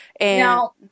Now